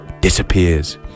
disappears